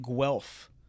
Guelph